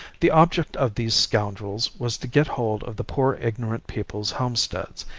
the object of these scoundrels was to get hold of the poor ignorant people's homesteads,